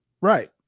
Right